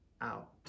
out